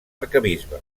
arquebisbe